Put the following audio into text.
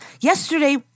Yesterday